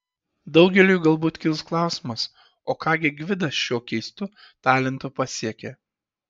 daugeliui galbūt kils klausimas o ką gi gvidas šiuo keistu talentu pasiekė